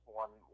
one